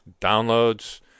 downloads